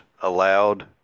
allowed